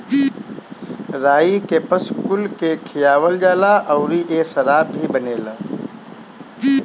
राई के पशु कुल के खियावल जाला अउरी एसे शराब भी बनेला